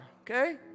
okay